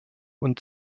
und